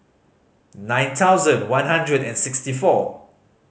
nine thousand one hundred and sixty four